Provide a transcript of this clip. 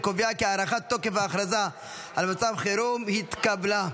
אני קובע כי הארכת תוקף ההכרזה על מצב חירום התקבלה.